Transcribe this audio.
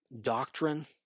doctrine